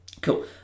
Cool